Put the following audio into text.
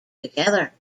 together